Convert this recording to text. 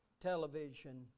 television